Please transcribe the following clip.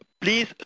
Please